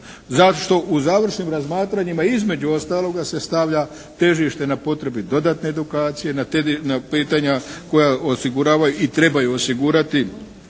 zašto u završnim razmatranjima između ostaloga se stavlja težište na potrebi dodatne edukacije, na pitanja koja osiguravaju i trebaju osigurati